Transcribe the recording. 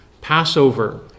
Passover